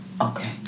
Okay